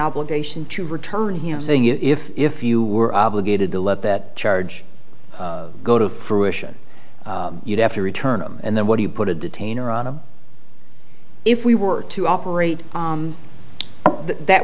obligation to return him saying if if you were obligated to let that charge go to fruition you'd have to return him and then what do you put a detainer on him if we were to operate that